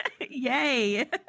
Yay